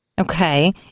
Okay